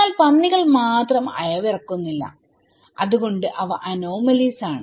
എന്നാൽ പന്നികൾ മാത്രം അയവിറക്കാറില്ല അതുകൊണ്ട് അവ അനോമലീസ് ആണ്